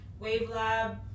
WaveLab